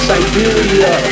Siberia